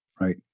right